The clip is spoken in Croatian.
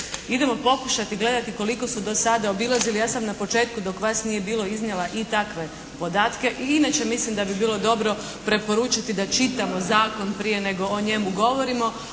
Idemo pokušati gledati koliko su do sada obilazili. Ja sam na početku dok vas nije bilo iznijela i takve podatke. I inače mislim da bi bilo dobro preporučiti da čitamo zakon prije nego o njemu govorimo.